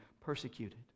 persecuted